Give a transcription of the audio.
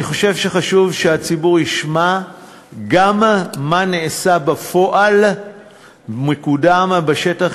אני חושב שחשוב שהציבור ישמע גם מה נעשה בפועל ומקודם בשטח